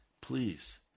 please